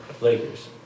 Lakers